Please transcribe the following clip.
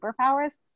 superpowers